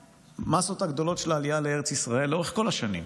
המאסות הגדולות של העלייה לארץ ישראל לאורך כל השנים,